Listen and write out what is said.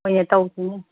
ꯍꯣꯏꯌꯦ ꯇꯧꯁꯤꯅꯦ